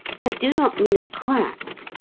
i do not mean a quack.